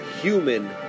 human